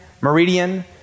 Meridian